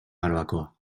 barbacoa